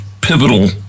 pivotal